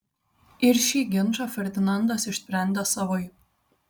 ir šį ginčą ferdinandas išsprendė savaip